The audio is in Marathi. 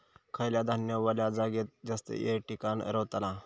खयला धान्य वल्या जागेत जास्त येळ टिकान रवतला?